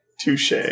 touche